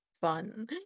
fun